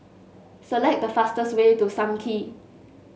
select the fastest way to Sam Kee